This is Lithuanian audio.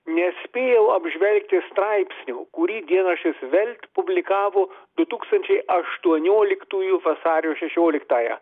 nespėjau apžvelgti straipsnio kurį dienraštis velt publikavo du tūkstančiai aštuonioliktųjų vasario šešioliktąją